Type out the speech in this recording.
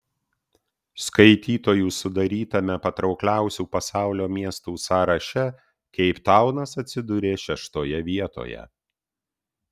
skaitytojų sudarytame patraukliausių pasaulio miestų sąraše keiptaunas atsidūrė šeštoje vietoje